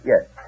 Yes